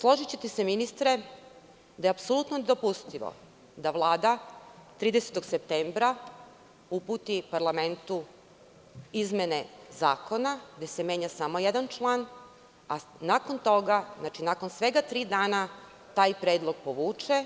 Složićete se ministre, da je apsolutno nedopustivo da Vlada 30. septembra uputi parlamentu izmene zakona, gde se menja samo jedan član, a nakon toga, nakon tri dana taj predlog povuče